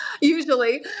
Usually